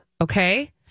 Okay